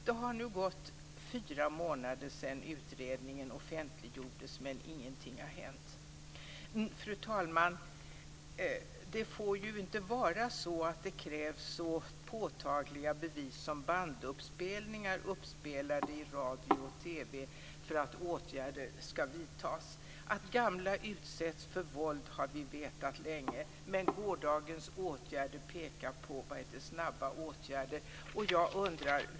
Det har nu gått fyra månader sedan utredningen offentliggjordes, men ingenting har hänt. Fru talman! Det får inte vara så att det krävs så påtagliga bevis som bandinspelningar uppspelade i radio och TV för att åtgärder ska vidtas. Att gamla utsätts för våld har vi vetat länge, men gårdagen pekar på behovet av snabba åtgärder.